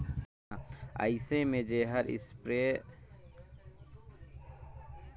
अइसे में जेहर इस्पेयर में दवई पानी छींचत अहे ओहर दो छींचबे करही